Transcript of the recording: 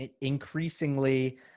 increasingly